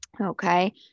Okay